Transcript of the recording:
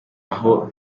aho